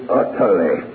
utterly